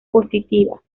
positivas